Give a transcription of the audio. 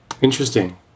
interesting